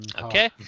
Okay